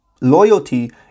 loyalty